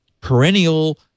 perennial